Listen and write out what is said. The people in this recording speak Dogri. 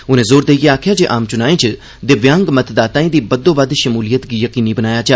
उनें जोर देइयै आखेआ जे आम चुनाएं च दिव्यांग मतदाताए दी बद्वोबद्व शमूलियत गी यकीनी बनाया जा